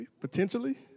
potentially